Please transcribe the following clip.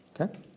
Okay